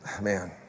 man